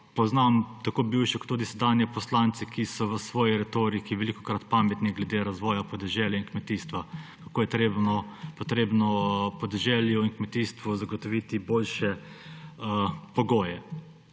poznam tako bivše kot sedanje poslance, ki so v svoji retoriki velikokrat pametni glede razvoja podeželja in kmetijstva, kako je treba podeželju in kmetijstvu zagotoviti boljše pogoje.